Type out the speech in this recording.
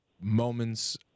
moments